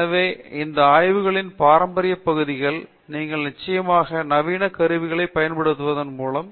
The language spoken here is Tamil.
எனவே இந்த ஆய்வுகளின் பாரம்பரிய பகுதிகள் நீங்கள் நிச்சயமாக நவீன கருவிகளைப் பயன்படுத்துவதன் மூலம்